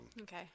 Okay